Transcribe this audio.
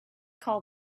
call